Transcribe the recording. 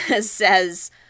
says